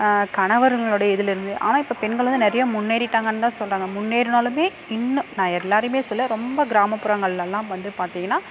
கணவர்களுடைய இதிலேருந்து ஆனால் இப்போ பெண்கள் வந்து நிறையா முன்னேறிட்டாங்கனு தான் சொல்லெணும் முன்னேறுனாலுமே இன்னும் நான் எல்லோரையுமே சொல்லலை ரொம்ப கிராமப்புறங்களெலலாம் வந்து பார்த்திங்கனா